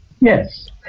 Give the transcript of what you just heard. Yes